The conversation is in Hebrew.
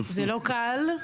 זה לא קל.